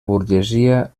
burgesia